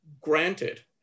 granted